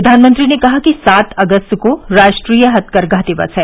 प्रधानमंत्री ने कहा कि सात अगस्त को राष्ट्रीय हथकरघा दिवस है